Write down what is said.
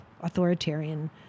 authoritarian